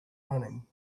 running